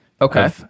Okay